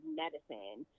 medicine